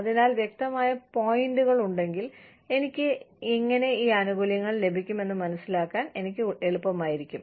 അതിനാൽ വ്യക്തമായ പോയിന്ററുകൾ ഉണ്ടെങ്കിൽ എനിക്ക് എങ്ങനെ ഈ ആനുകൂല്യങ്ങൾ ലഭിക്കുമെന്ന് മനസിലാക്കാൻ എനിക്ക് എളുപ്പമായിരിക്കും